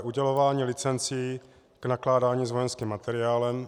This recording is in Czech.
Udělování licencí k nakládání s vojenským materiálem.